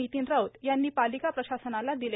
नितीन राऊत यांनी पालिका प्रशासनाला दिले